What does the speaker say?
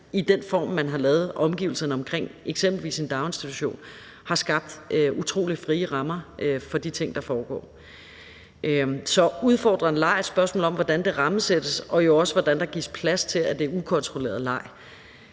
i den form, man har lavet omgivelserne omkring eksempelvis en daginstitution, har skabt utrolig frie rammer for de ting, der foregår. Så udfordrende leg er et spørgsmål om, hvordan det rammesættes, og jo også om, hvordan der gives plads til, at det er ukontrolleret leg.